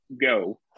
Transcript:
go